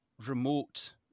remote